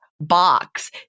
box